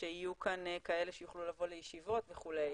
ושיהיו כאן כאלה שיוכלו לבוא לישיבות וכולי.